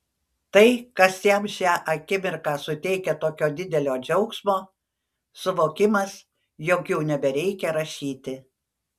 tai kas jam šią akimirką suteikia tokio didelio džiaugsmo suvokimas jog jau nebereikia rašyti